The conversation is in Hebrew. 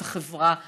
את החברה כולה.